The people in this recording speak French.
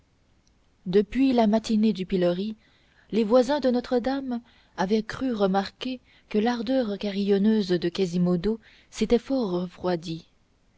depuis la matinée du pilori les voisins de notre-dame avaient cru remarquer que l'ardeur carillonneuse de quasimodo s'était fort refroidie